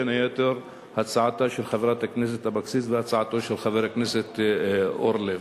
בין היתר הצעתה של חברת הכנסת אבקסיס והצעתו של חבר הכנסת זבולון אורלב.